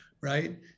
right